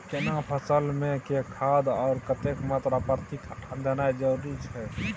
केना फसल मे के खाद आर कतेक मात्रा प्रति कट्ठा देनाय जरूरी छै?